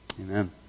amen